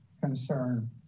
concern